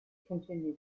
continue